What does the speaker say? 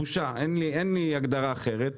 אין לי הגדרה אחרת.